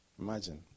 Imagine